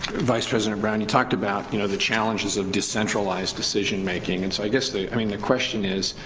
vice president brown you talked about you know the challenges of decentralized decision making, and so i guess the i mean the question is,